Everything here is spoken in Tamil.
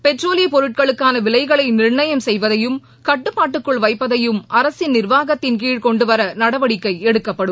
பெட்ரோலியப் பொருட்களுக்கான விலைகளை நிர்ணயம் செய்வதையும் கட்டுப்பாட்டுக்குள் வைப்பதையும் அரசின் நிர்வாகத்தின்கீழ் கொண்டு வர நடவடிக்கை எடுக்கப்படும்